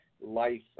life